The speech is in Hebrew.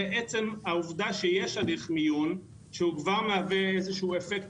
העובדה שבעצם יש תהליך מיון שכבר מהווה אפקט